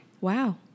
Wow